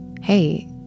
hey